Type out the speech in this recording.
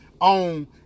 On